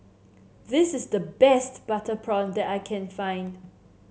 this is the best Butter Prawn that I can find